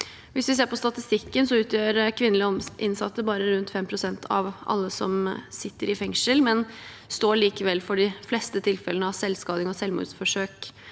statistikken, utgjør kvinnelige innsatte bare rundt 5 pst. av alle som sitter i fengsel, men de står likevel for de fleste tilfellene av selvskading og selvmordsforsøk